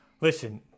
Listen